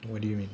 what do you mean